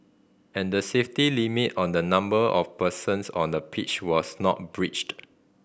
and the safety limit on the number of persons on the pitch was not breached